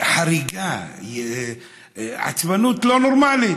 חריגה, עצבנות לא נורמלית.